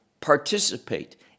participate